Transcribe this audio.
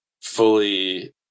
fully